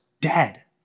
dead